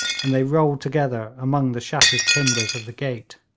and they rolled together among the shattered timbers of the gate.